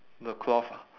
the cloth